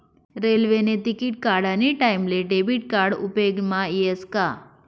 रेल्वेने तिकिट काढानी टाईमले डेबिट कार्ड उपेगमा यस का